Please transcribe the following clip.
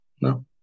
No